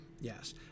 yes